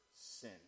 sin